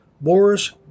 Boris